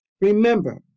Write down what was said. remember